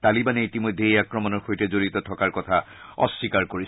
তালিবানে ইতিমধ্যে এই আক্ৰমণৰ সৈতে জড়িত থকাৰ কথা অস্বীকাৰ কৰিছে